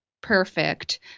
perfect